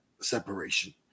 separation